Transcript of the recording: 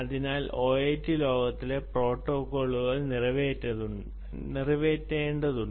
അതിനാൽ ഐഒടി ലോകത്തിലെ പ്രോട്ടോക്കോളുകൾ നിറവേറ്റേണ്ടതുണ്ട്